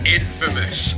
infamous